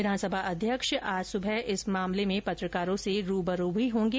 विधानसभा अध्यक्ष आज सुबह इस मामले में पत्रकारों से रूबरू होंगे